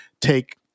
take